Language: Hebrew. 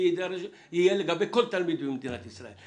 שיהיה לגבי כל תלמיד במדינת ישראל.